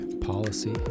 policy